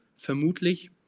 vermutlich